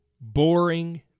boring